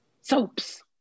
soaps